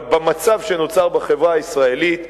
אבל במצב שנוצר בחברה הישראלית,